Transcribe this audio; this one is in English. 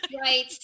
Right